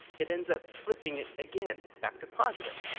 it ends up flipping it again back to positive.